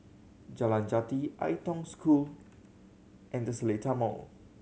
Jalan Jati Ai Tong School and The Seletar Mall